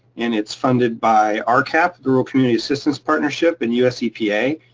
and it's funded by um rcap, the rural community assistance partnership and us epa.